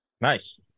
Nice